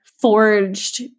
forged